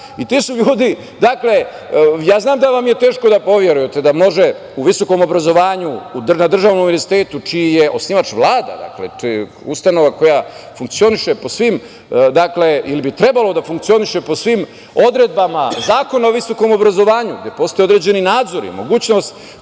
Ti su ljudi, dakle, znam da vam je teško da poverujete da može u visokom obrazovanju, na državnom univerzitetu čiji je osnivač Vlada, ustanova koja funkcioniše ili bi trebalo da funkcioniše po svim odredbama Zakona o visokom obrazovanju, gde postoji određeni nadzor i mogućnost